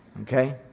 Okay